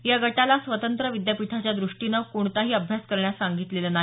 या गटाला स्वतंत्र विद्यापीठाच्या द्रष्टीने कोणताही अभ्यास करण्यास सांगितलेले नाही